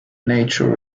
nature